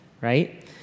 right